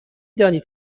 دانید